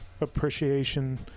appreciation